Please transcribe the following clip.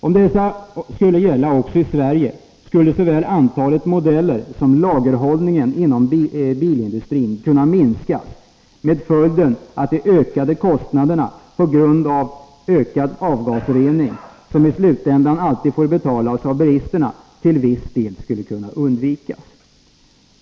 Om dessa skulle gälla också i Sverige skulle såväl antalet modeller som lagerhållning inom bilindustrin kunna minskas, med påföljd att de ökade kostnader på grund av ökad avgasrening som i slutänden alltid får betalas av bilisterna till viss del skulle kunna undvikas.